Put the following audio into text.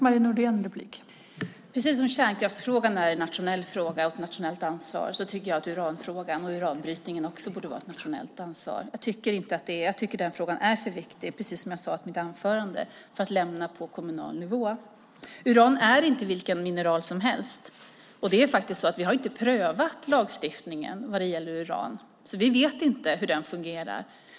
Fru talman! Precis som kärnkraftsfrågan är en nationell fråga och ett nationellt ansvar tycker jag att uranfrågan och uranbrytningen också borde vara ett nationellt ansvar. Jag tycker att den frågan är för viktig, precis som jag sade i mitt anförande, att lämna på kommunal nivå. Uran är inte vilket mineral som helst, och vi har inte prövat lagstiftningen vad gäller uran, så vi vet inte hur den fungerar.